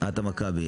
זה לא נכון.